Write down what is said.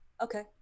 Okay